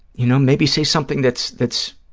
you know, maybe say something that's that's